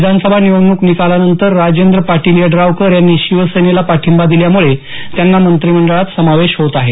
विधानसभा निवडणूक निकालानंतर राजेंद्र पाटील यड्रावकर यांनी शिवसेनेला पाठिंबा दिल्यामुळे त्यांचा मंत्रिमंडळात समावेश होत आहे